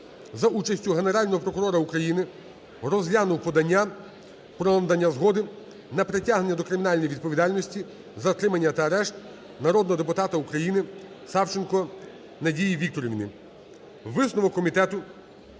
за участю Генерального прокурора України розглянув подання про надання згоди на притягнення до кримінальної відповідальності, затримання та арешт народного депутата України Савченко Надії Вікторівни.